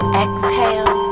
exhale